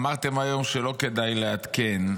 אמרתם היום שלא כדאי לעדכן.